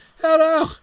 hello